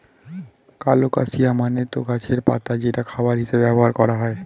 colocasia মানে তো গাছের পাতা যেটা খাবার হিসেবে ব্যবহার করা হয়